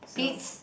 Pete's